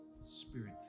spirit